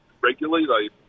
regularly